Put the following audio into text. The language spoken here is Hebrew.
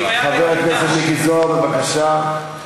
חבר הכנסת מיקי זוהר, בבקשה.